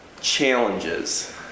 Challenges